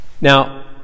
Now